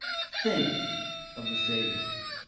think of the savings.